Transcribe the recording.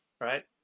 right